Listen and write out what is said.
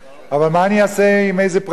אבל מה אני אעשה אם איזה פרקליט,